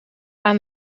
aan